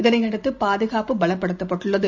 இதனையடுத்துபாதுகாப்பு பலப்டுத்தப்பட்டுள்ளது